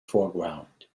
foreground